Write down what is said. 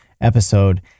episode